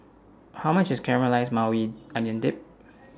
How much IS Caramelized Maui Onion Dip